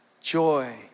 joy